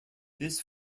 this